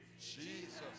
Jesus